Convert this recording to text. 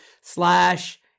slash